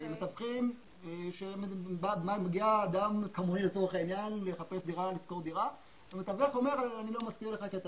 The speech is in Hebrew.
קונה מחפש לקנות או לשכור דירה והמתווך אומר לו שהוא לא משכיר לו כי הוא